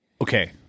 okay